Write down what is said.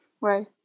Right